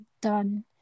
done